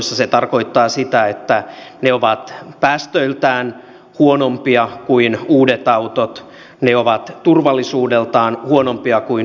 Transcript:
se tarkoittaa sitä että ne ovat päästöiltään huonompia kuin uudet autot ne ovat turvallisuudeltaan huonompia kuin uudet autot